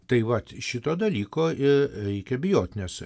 tai vat šito dalyko ir reikia bijoti nes